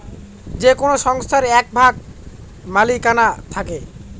যে কোনো সংস্থার এক ভাগ মালিকানা থাকে